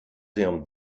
him